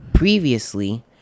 Previously